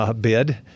bid